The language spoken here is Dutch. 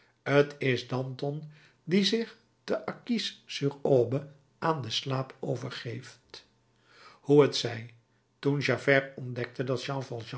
t is danton die zich te arcis sur aube aan den slaap overgeeft hoe t zij toen javert ontdekte dat